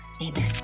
amen